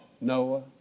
Noah